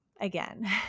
again